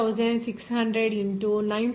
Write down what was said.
81 into 0